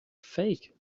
fake